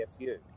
AFU